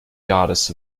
goddess